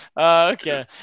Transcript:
Okay